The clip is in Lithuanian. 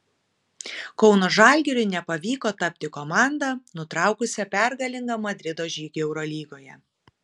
kauno žalgiriui nepavyko tapti komanda nutraukusia pergalingą madrido žygį eurolygoje